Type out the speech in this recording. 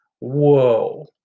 Whoa